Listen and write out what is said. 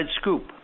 Scoop